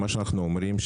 מה שאנחנו אומרים,